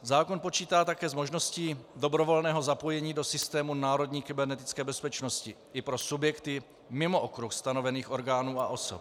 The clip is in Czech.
Zákon počítá také s možností dobrovolného zapojení do systému národní kybernetické bezpečnosti i pro subjekty mimo okruh stanovených orgánů a osob.